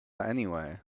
anyway